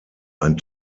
ein